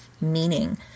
meaning